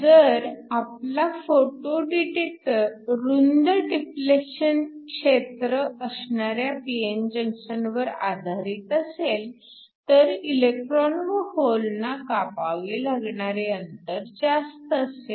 जर आपला photo detector रुंद डिप्लेशन क्षेत्र असणाऱ्या p n जंक्शनवर आधारित असेल तर इलेक्ट्रॉन व होलना कापावे लागणारे अंतर जास्त असेल